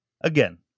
again